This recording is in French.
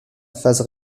phase